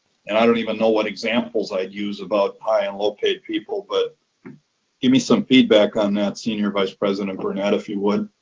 and i don't even know what examples i'd use about high and low paid people. but give me some feedback on that, senior vice president burnett, if you would.